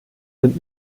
sind